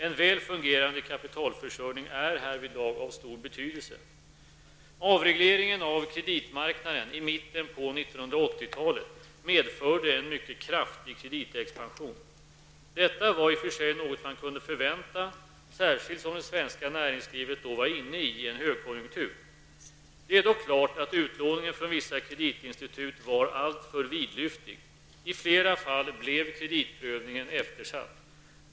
En väl fungerande kapitalförsörjning är härvidlag av stor betydelse. 1980-talet medförde en mycket kraftig kreditexpansion. Detta var i och för sig något man kunde förvänta, särskilt som det svenska näringslivet då var inne i en högkonjunktur. Det är dock klart att utlåningen från vissa kreditinstitut var alltför vidlyftig. I flera fall blev kreditprövningen eftersatt.